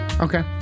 Okay